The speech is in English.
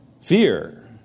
Fear